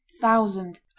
thousand